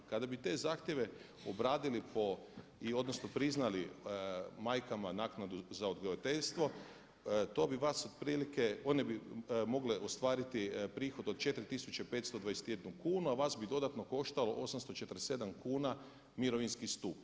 Kada bi te zahtjeve obradili po, odnosno priznali majkama naknadu za odgojiteljstvo, to bi vas otprilike, one bi mogle ostvariti prihod od 4521 kunu, a vas bi dodatno koštalo 847 mirovinski stup.